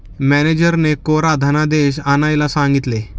मॅनेजरने कोरा धनादेश आणायला सांगितले